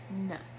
nuts